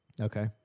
Okay